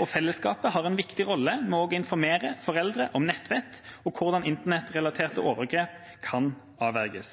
og fellesskapet har en viktig rolle med å informere foreldre om nettvett og hvordan internettrelaterte overgrep kan avverges.